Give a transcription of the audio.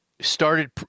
started